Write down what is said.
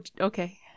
Okay